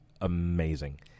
amazing